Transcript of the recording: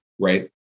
Right